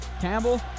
Campbell